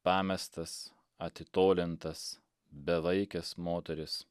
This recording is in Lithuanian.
pamestas atitolintas bevaikes moteris